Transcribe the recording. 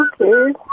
Okay